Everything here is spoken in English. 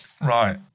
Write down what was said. Right